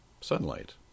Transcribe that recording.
sunlight